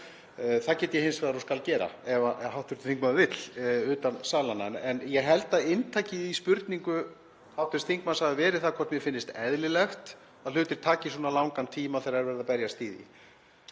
Það get ég hins vegar og skal gera ef hv. þingmaður vill utan salar. En ég held að inntakið í spurningu hv. þingmanns hafi verið það hvort mér finnist eðlilegt að hlutir taki svona langan tíma þegar er verið að berjast